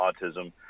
autism